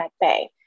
Bay